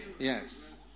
Yes